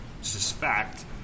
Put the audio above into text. suspect